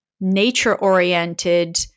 nature-oriented